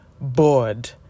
bored